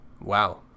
Wow